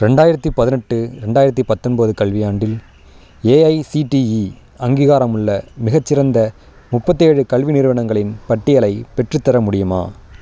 ரெண்டாயிரத்தி பதினெட்டு ரெண்டாயிரத்தி பத்தம்போது கல்வியாண்டில் ஏஐசிடிஇ அங்கீகாரமுள்ள மிகச்சிறந்த முப்பத்தேழு கல்வி நிறுவனங்களின் பட்டியலை பெற்றுத்தர முடியுமா